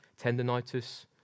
Tendonitis